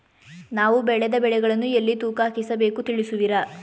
ನಾವು ಬೆಳೆದ ಬೆಳೆಗಳನ್ನು ಎಲ್ಲಿ ತೂಕ ಹಾಕಿಸಬೇಕು ತಿಳಿಸುವಿರಾ?